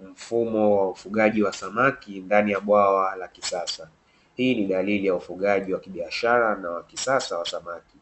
Mfumo wa ufugaji wa samaki ndani ya bwawa la kisasa. Hii ni dalili ya ufugaji wa kibiashara na wa kisasa wa samaki,